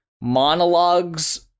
monologues